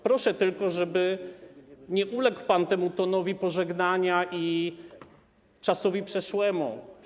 Proszę tylko, żeby nie uległ pan temu tonowi pożegnania i czasowi przeszłemu.